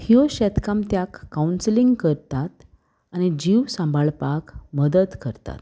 ह्यो शेतकामत्याक कावन्सलींग करतात आनी जीव सांबाळपाक मदत करतात